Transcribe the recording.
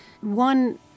One